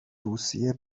روسیه